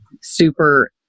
super